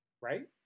right